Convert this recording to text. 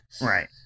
Right